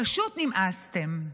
פשוט נמאסתם.